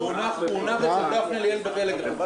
הוא הונח אצל דפנה ליאל בטלגרם.